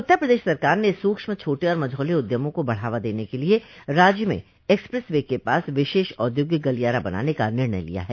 उत्तर प्रदेश सरकार ने सूक्ष्म छोटे और मझौले उद्यमों को बढ़ावा देन के लिए राज्य में एक्सप्रेस वे के पास विशेष औद्योगिक गलियारा बनाने का निर्णय लिया है